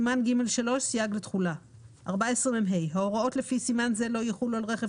14מהסימן ג'3 סייג לתחולה ההוראות לפי סימן זה לא יחול על רכב